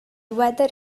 weather